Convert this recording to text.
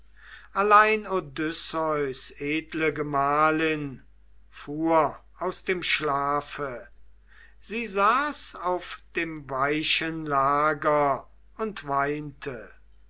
odysseus edle gemahlin fuhr aus dem schlafe sie saß auf dem weichen lager und weinte